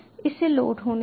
इसे लोड होने दें